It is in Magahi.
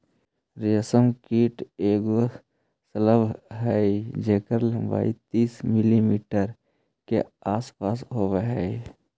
रेशम कीट एगो शलभ हई जेकर लंबाई तीस मिलीमीटर के आसपास होब हई